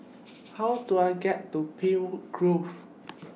How Do I get to Grove